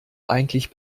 eigentlich